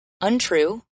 untrue